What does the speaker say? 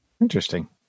Interesting